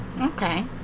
Okay